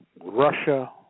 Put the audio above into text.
Russia